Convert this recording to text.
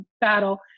battle